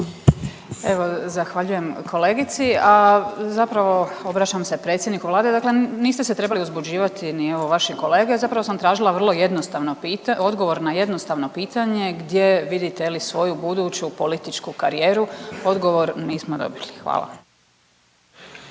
Evo, zahvaljujem kolegici, a zapravo obraćam se predsjedniku Vlade, dakle niste se trebali uzbuđivati, ni evo, vaši kolege, zapravo sam tražila vrlo jednostavno .../nerazumljivo/... odgovor na jednostavno pitanje, gdje vidite, je li, svoju buduću političku karijeru, odgovor nismo dobili. Hvala.